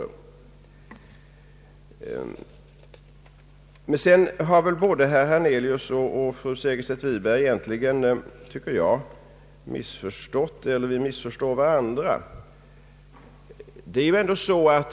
Egentligen har herr Hernelius och fru Segerstedt Wiberg missförstått varandra.